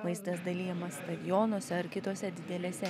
maistas dalijamas stadionuose ar kitose didelėse